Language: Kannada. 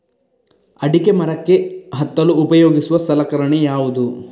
ಅಡಿಕೆ ಮರಕ್ಕೆ ಹತ್ತಲು ಉಪಯೋಗಿಸುವ ಸಲಕರಣೆ ಯಾವುದು?